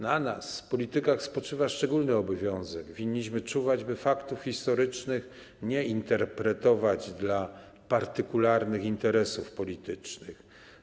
Na nas, politykach, spoczywa szczególny obowiązek, winniśmy czuwać, by faktów historycznych nie interpretować z myślą o partykularnych interesach politycznych.